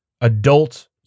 adult